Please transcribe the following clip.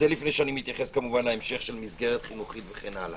זה לפני שאני מתייחס להמשך של מסגרת חינוכית וכו'.